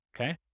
Okay